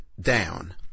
down